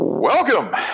Welcome